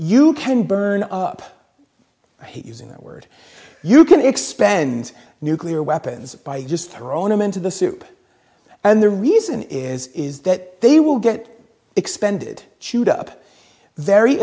you can burn up using that word you can expend nuclear weapons by just her own into the soup and the reason is is that they will get expended chewed up very